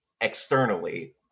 externally